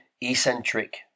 eccentric